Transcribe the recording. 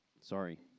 Sorry